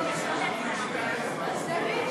סעיף 1,